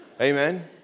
Amen